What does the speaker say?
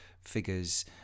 figures